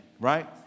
right